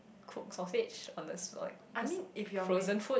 cook sausage on the spot or like just frozen food